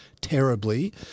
terribly